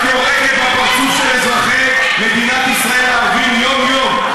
את יורקת בפרצוף של אזרחי מדינת ישראל הערבים יום-יום,